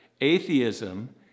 Atheism